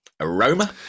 aroma